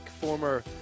former